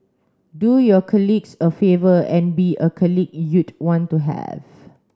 do your colleagues a favour and be a colleague you'd want to have